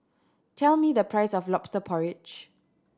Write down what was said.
tell me the price of Lobster Porridge